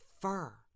fur